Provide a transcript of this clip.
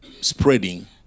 spreading